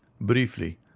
Briefly